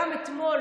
גם אתמול,